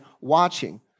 watching